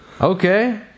Okay